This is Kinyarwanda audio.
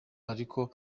ariko